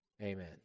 amen